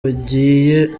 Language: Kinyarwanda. bagiye